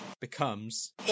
Becomes